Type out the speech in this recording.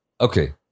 Okay